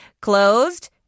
closed